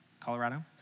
Colorado